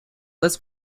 this